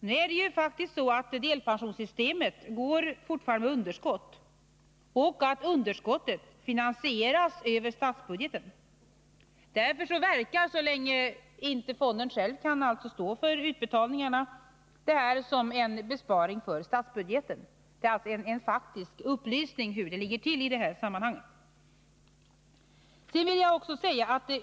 Nej, det är ju faktiskt så, att delpensionssystemet fortfarande går med underskott som finansieras över statsbudgeten. Så länge fonden själv inte kan stå för utbetalningarna verkar det här som en besparing för statsbudgeten. Detta är alltså en faktisk upplysning om hur det ligger till i detta sammanhang.